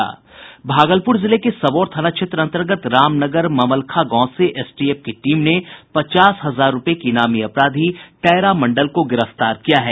भागलपुर जिले के सबौर थाना क्षेत्र अंतर्गत रामनगर ममलखा गांव से एसटीएफ की टीम ने पचास हजार रूपये के इनामी अपराधी टैरा मंडल को गिरफ्तार किया है